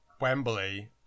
Wembley